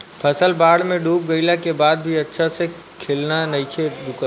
फसल बाढ़ में डूब गइला के बाद भी अच्छा से खिलना नइखे रुकल